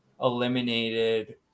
Eliminated